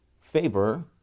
favor